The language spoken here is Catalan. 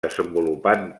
desenvolupant